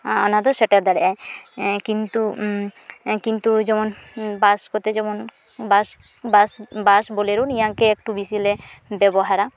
ᱚᱱᱟᱫᱚ ᱥᱮᱴᱮᱨ ᱫᱟᱲᱮᱜᱼᱟᱭ ᱠᱤᱱᱛᱩ ᱠᱤᱱᱛᱩ ᱡᱮᱢᱚᱱ ᱵᱟᱥ ᱠᱚᱛᱮ ᱡᱮᱢᱚᱱ ᱵᱟᱥ ᱵᱟᱥ ᱵᱟᱥ ᱵᱳᱞᱮᱨᱳ ᱱᱤᱭᱟᱹᱜᱮ ᱮᱠᱴᱩ ᱵᱤᱥᱤᱞᱮ ᱵᱮᱵᱚᱦᱟᱨᱟ